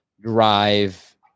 drive